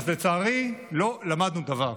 לצערי לא למדנו דבר.